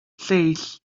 lleill